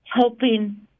helping